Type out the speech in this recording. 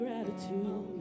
Gratitude